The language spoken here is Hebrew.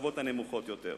לשכבות הנמוכות יותר,